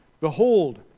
Behold